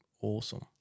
awesome